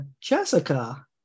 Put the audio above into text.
Jessica